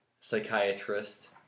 psychiatrist